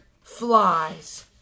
flies